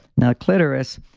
now clitoris,